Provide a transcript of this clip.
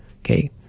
okay